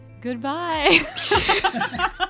Goodbye